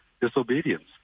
disobedience